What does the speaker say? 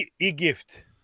E-gift